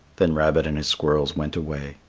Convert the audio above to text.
then rabbit and his squirrels went away.